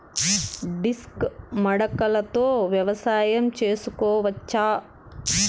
Disc మడకలతో వ్యవసాయం చేసుకోవచ్చా??